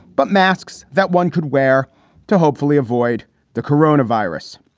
but masks that one could wear to hopefully avoid the corona virus.